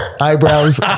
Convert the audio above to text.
Eyebrows